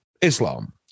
Islam